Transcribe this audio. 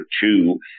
Two